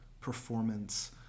performance